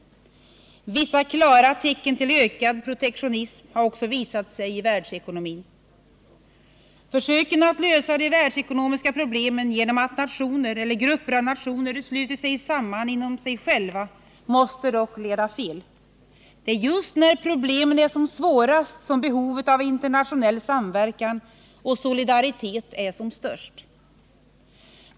Vissa klara tecken till ökad protektionism har också visat sig i världsekonomin. Försöken att lösa de världsekonomiska problemen genom att nationer eller grupper av nationer sluter sig inom sig själva måste dock leda fel. Det är just när problemen är som svårast som behovet av internationell samverkan och solidaritet är som störst.